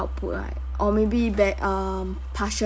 output right or maybe ba~ uh partial